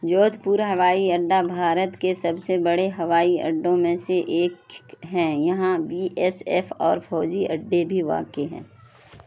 جودھ پور ہوائی اڈہ بھارت کے سب سے بڑے ہوائی اڈوں میں سے ایک ہے یہاں بی ایس ایف اور فوجی اڈے بھی واقع ہیں